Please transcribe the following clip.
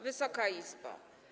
Wysoka Izbo!